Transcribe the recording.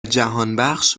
جهانبخش